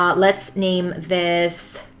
um let's name this,